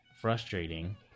frustrating